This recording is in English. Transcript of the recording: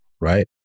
Right